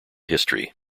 history